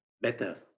better